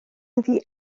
iddi